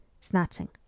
snatching